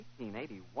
1881